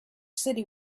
city